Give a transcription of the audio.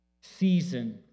season